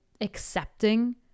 accepting